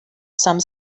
some